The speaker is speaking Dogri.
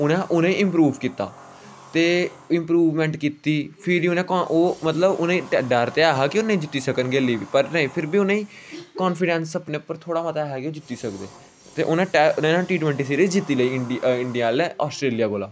उ'नें उ'नेंगी इंप्रूव कीता ते इंप्रूवमेंट कीती फिर गै उ'नेंगी ओह् मतलब उ'नेंगी मतलब डर ते ऐ हा कि नेईं जित्ती सकन गे हल्ली बी पर नेईं फिर बी उ'नेंगी कान्फीडेंस अपने उप्पर थोह्ड़ा मता ऐ हा कि ओह जित्ती सकदे फ्ही उ'नें टी टबांटी सीरज जित्ती लेई इंडिया आहलें आस्ट्रेलिया कोला